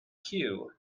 queue